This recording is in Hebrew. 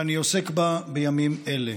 ואני עוסק בה בימים אלה.